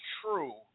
true